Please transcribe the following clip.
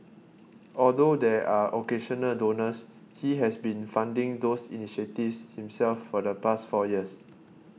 although there are occasional donors he has been funding those initiatives himself for the past four years